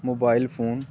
mobile phone